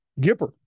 Gipper